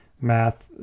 math